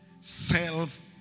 self